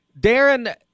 Darren